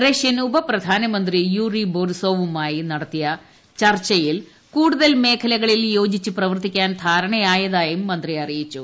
Russian ഉപപ്രധാനമന്ത്രി യൂറിബോറിസോവുമായി നടത്തിയ ചർച്ചയിൽ കൂടുതൽ മേഖലകളിൽ യോജിച്ച് പ്രവർത്തിക്കാൻ ധാരണയായതായും മന്ത്രി അറിയിച്ചു